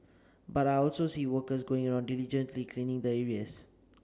but I also see workers going on diligently cleaning the areas